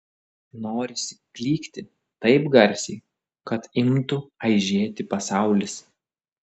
norisi klykti taip garsiai kad imtų aižėti pasaulis